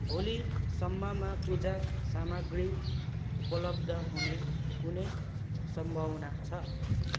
भोलिसम्ममा पूजा सामग्री उपलब्ध हुने कुनै सम्भावना छ